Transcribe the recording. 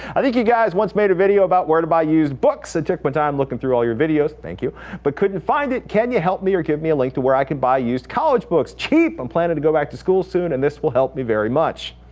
i think you guys once made a video about where to buy used books. i took my but time looking through all your videos thank you but couldn't find it. can you help me or give me a link to where i could buy used college books cheap. i'm planning to go back to school soon, and this will help me very much.